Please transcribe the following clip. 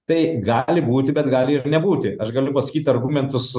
tai gali būti bet gali ir nebūti aš galiu pasakyt argumentus